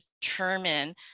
determine